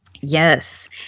Yes